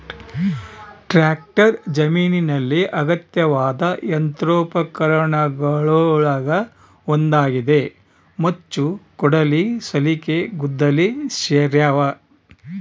tractor ಜಮೀನಿನಲ್ಲಿ ಅಗತ್ಯವಾದ ಯಂತ್ರೋಪಕರಣಗುಳಗ ಒಂದಾಗಿದೆ ಮಚ್ಚು ಕೊಡಲಿ ಸಲಿಕೆ ಗುದ್ದಲಿ ಸೇರ್ಯಾವ